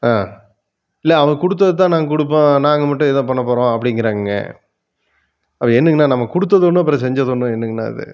ஆ இல்லை அவங்கள் கொடுத்தத தான் நாங்கள் கொடுப்போம் நாங்கள் மட்டும் என்ன பண்ணப் போகிறோம் அப்படிங்கிறாங்கங்க அது என்னங்கண்ணா நம்ம கொடுத்தது ஒன்று அப்புறம் செஞ்சது ஒன்று என்னங்கண்ணா அது